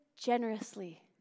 generously